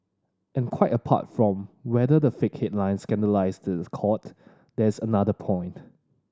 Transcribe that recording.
and quite apart from whether the fake headlines scandalise the court there is another point